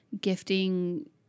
gifting